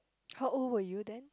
how old were you then